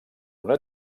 una